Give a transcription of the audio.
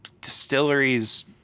distilleries